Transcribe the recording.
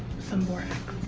some borax.